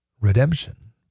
redemption